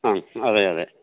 ആ അതെയതെ